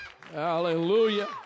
Hallelujah